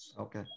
Okay